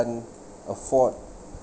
afford